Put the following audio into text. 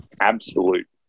absolute